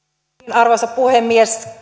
arvoisa puhemies